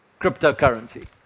Cryptocurrency